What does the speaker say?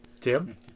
Tim